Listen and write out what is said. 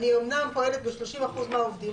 אני אומנם פועלת ב-30% מהעובדים,